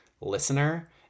listener